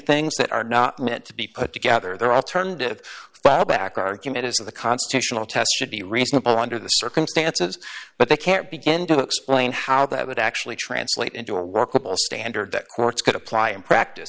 things that are not meant to be put together their alternative back argument is the constitutional test should be reasonable under the circumstances but they can't begin to explain how that would actually translate into a workable standard that courts could apply in practice